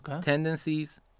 tendencies